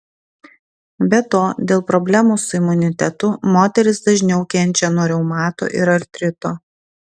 be to dėl problemų su imunitetu moterys dažniau kenčia nuo reumato ir artrito